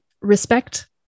respect